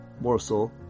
Morsel